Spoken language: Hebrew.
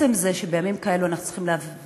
עצם זה שבימים כאלה אנחנו צריכים להיאבק